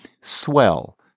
swell